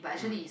mm